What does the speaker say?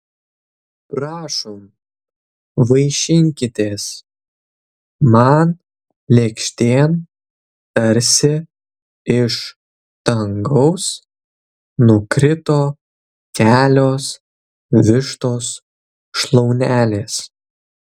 prašom vaišinkitės man lėkštėn tarsi iš dangaus nukrito kelios vištos šlaunelės